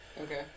Okay